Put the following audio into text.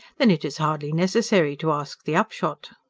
then it is hardly necessary to ask the upshot.